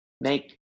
make